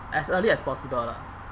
as early as possible lah